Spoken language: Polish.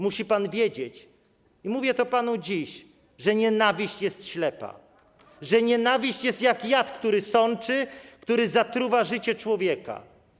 Musi pan wiedzieć, i mówię to panu dziś, że nienawiść jest ślepa, że nienawiść jest jak jad, który się sączy, który zatruwa życie człowieka.